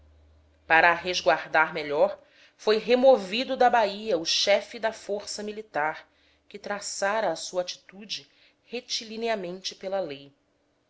a resguardar melhor foi removido da bahia o chefe da força militar que traçara a sua atitude